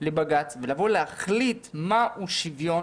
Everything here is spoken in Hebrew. לבג"ץ להחליט מהו שוויון